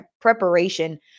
preparation